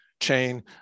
chain